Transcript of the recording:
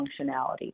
functionality